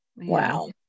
Wow